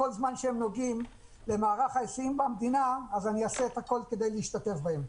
כל זמן שהם נוגעים למערך ההיסעים במדינה אעשה את הכול כדי להשתתף בהם.